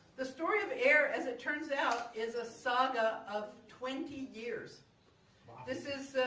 the story of air as it turns out is a saga of twenty years this is.